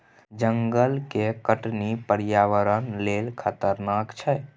जंगल के कटनी पर्यावरण लेल खतरनाक छै